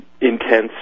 intense